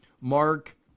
Mark